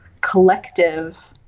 collective